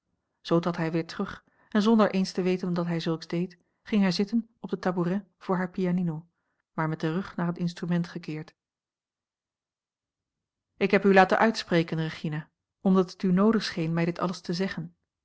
trad hij weer terug en zonder eens te weten dat hij zulks deed ging hij zitten op den tabouret voor hare pianino maar met den rug naar het instrument gekeerd ik heb u laten uitspreken regina omdat het u noodig scheen mij dit alles te zeggen